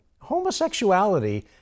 Homosexuality